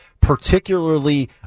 particularly